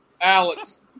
Alex